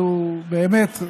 ובאמת,